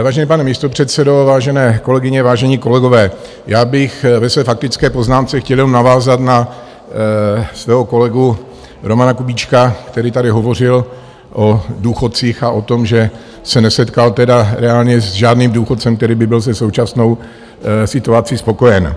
Vážený pane místopředsedo, vážené kolegyně, vážení kolegové, já bych ve své faktické poznámce chtěl jenom navázat na svého kolegu Romana Kubíčka, který tady hovořil o důchodcích a o tom, že se nesetkal, tedy reálně, s žádným důchodcem, který by byl se současnou situaci spokojen.